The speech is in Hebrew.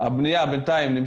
בינתיים הבנייה נמשכת.